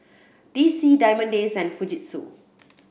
D C Diamond Days and Fujitsu